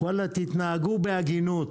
תתנהגו בהגינות,